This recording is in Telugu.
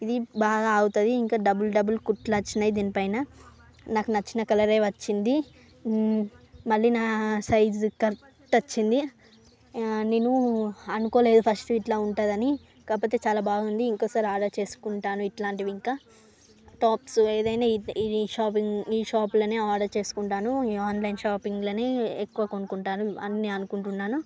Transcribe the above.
ఇది బాగా అవుతుంది ఇంకా డబుల్ డబుల్ కుట్లు వచ్చినవి దీనిపైన నాకు నచ్చిన కలర్ ఏ వచ్చింది మళ్లీ నా సైజు కరెక్ట్ వచ్చింది నేను అనుకోలేదు ఫస్ట్ ఎట్లా ఉంటుందని కాకపోతే చాలా బాగుంది ఇంకోసారి ఆర్డర్ చేసుకుంటాను ఇట్లాంటివి ఇంకా టాప్స్ ఏదైనా ఈ షాపింగ్ ఈ షాప్ లోనే ఆర్డర్ చేసుకుంటాను ఈ ఆన్లైన్ షాపింగ్లని ఎక్కువ కొనుక్కుంటాను అని నేను అనుకుంటున్నాను